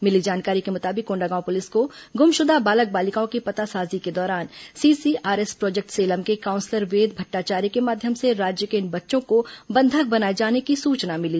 मिली जानकारी के मुताबिक कोंडागांव पुलिस को गुमशुदा बालक बालिकाओं की पतासाजी के दौरान सी सीआर एस प्रोजेक्ट सेलम के काउंसलर वेद भट्टाचार्य के माध्यम से राज्य के इन बच्चों को बंधक बनाए जाने की सूचना मिली